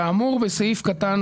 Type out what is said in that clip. כאמור בסעיף קטן